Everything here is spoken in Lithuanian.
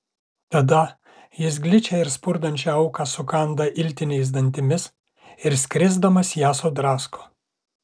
tada jis gličią ir spurdančią auką sukanda iltiniais dantimis ir skrisdamas ją sudrasko